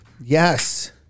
Yes